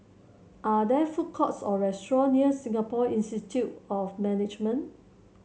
are there food courts or restaurant near Singapore Institute of Management